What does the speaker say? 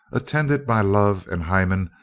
attended by love and hymen,